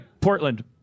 Portland